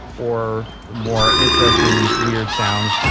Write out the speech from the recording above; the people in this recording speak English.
or more interesting weird sounds.